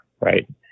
right